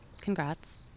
Congrats